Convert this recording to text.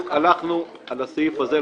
בדיוק הלכנו על הסעיף הזה,